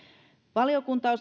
valiokunta